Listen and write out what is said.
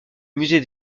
musée